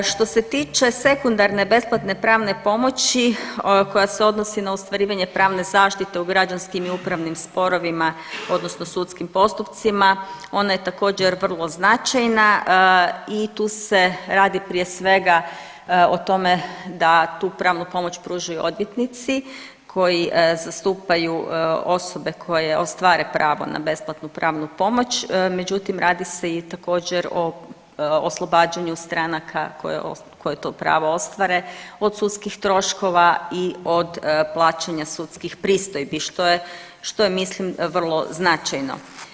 Što se tiče sekundarne besplatne pravne pomoći koja se odnosi na ostvarivanje pravne zaštite u građanskim i upravnim sporovima odnosno sudskim postupcima ona je također vrlo značajna i tu se radi prije svega o tome da tu pravnu pomoć pružaju odvjetnici koji zastupaju osobe koje ostvare pravo na besplatnu pravnu pomoć, međutim radi se također i o oslobađanju stranaka koje to pravo ostvare od sudskih troškova i od plaćanja sudskih pristojbi što je mislim vrlo značajno.